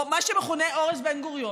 או מה שמכונה אורז בן-גוריון,